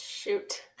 Shoot